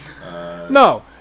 No